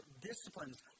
disciplines